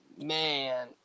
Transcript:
Man